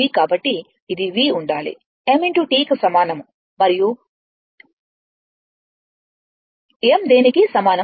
కాబట్టి ఇది v ఉండాలి m T కి సమానం మరియు rm దేనికీ సమానం కాదు